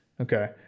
Okay